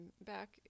back